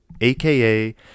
aka